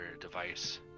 device